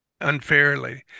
unfairly